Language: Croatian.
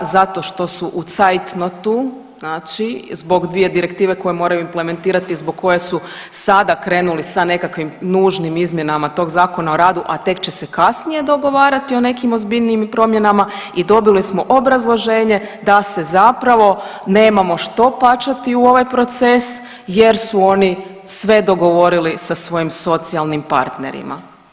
Zato što su u cajtnotu znači zbog dvije direktive koje moraju implementirati, zbog koje su sada krenuli sa nekakvim nužnim izmjenama tog ZOR-a, a tek će se kasnije dogovarati o nekim ozbiljnijim promjenama i dobili smo obrazloženje da se zapravo nemamo što pačati u ovaj proces jer su oni sve odgovorili sa svojim socijalnim partnerima.